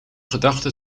gedachten